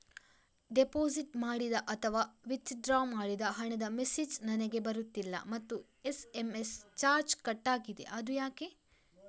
Deposit ಮಾಡಿದ ಅಥವಾ withdraw ಮಾಡಿದ ಹಣದ ಮೆಸೇಜ್ ನನಗೆ ಬರುತ್ತಿಲ್ಲ ಮತ್ತು ಎಸ್.ಎಂ.ಎಸ್ ಚಾರ್ಜ್ ಕಟ್ಟಾಗಿದೆ ಅದು ಯಾಕೆ?